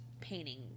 painting